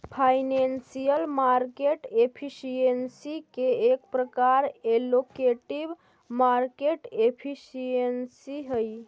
financial market efficiency के एक प्रकार एलोकेटिव मार्केट एफिशिएंसी हई